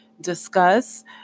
discuss